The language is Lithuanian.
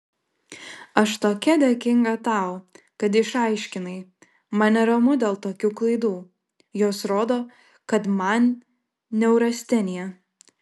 aš tokia dėkinga tau kad išaiškinai man neramu dėl tokių klaidų jos rodo kad man neurastenija